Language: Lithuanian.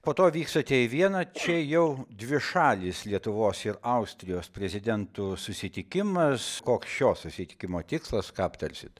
po to vykstate į vieną čia jau dvišalės lietuvos ir austrijos prezidentų susitikimas koks šio susitikimo tikslas ką aptarsite